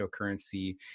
cryptocurrency